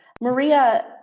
Maria